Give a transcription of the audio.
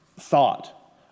thought